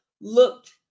looked